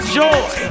joy